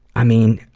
i mean,